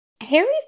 Harry's